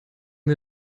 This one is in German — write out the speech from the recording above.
wir